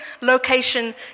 location